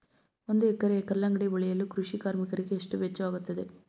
ಒಂದು ಎಕರೆ ಕಲ್ಲಂಗಡಿ ಬೆಳೆಯಲು ಕೃಷಿ ಕಾರ್ಮಿಕರಿಗೆ ಎಷ್ಟು ವೆಚ್ಚವಾಗುತ್ತದೆ?